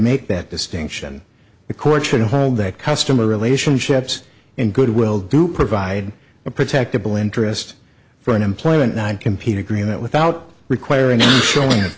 make that distinction the court should hold that customer relationships in good will do provide a protected the interest for an employment not compete agreement without requiring showing